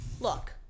Look